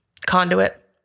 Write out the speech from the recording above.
conduit